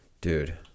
dude